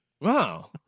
Wow